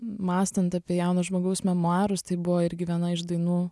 mąstant apie jauno žmogaus memuarus tai buvo irgi viena iš dainų